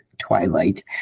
twilight